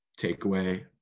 takeaway